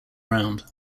around